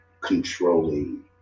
controlling